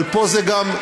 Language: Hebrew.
אבל פה זה גם,